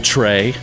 Tray